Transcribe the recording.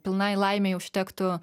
pilnai laimei užtektų